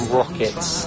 rockets